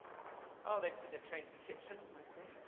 oh, they've they've changed the kitchen, i see.